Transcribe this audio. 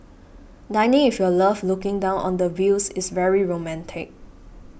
dining if your love looking down on the views is very romantic